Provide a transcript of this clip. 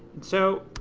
so.